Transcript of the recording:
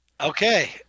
Okay